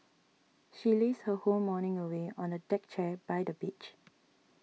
she lazed her whole morning away on a deck chair by the beach